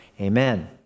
amen